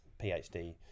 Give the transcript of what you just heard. PhD